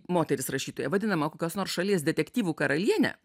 moteris rašytoja vadinama kokios nors šalies detektyvų karaliene